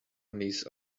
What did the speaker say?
niece